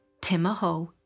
Timahoe